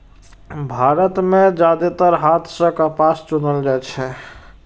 भारत मे जादेतर हाथे सं कपास चुनल जाइ छै